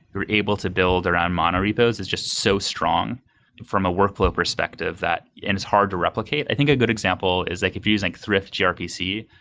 they're able to build around mono repos is just so strong from a workflow perspective and it's hard to replicate. i think a good example is like if you use like thrift grpc,